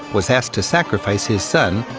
was asked to sacrifice his son,